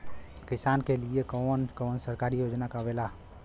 किसान के लिए कवन कवन सरकारी योजना आवेला?